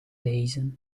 reizen